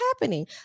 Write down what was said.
happening